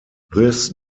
this